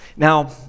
Now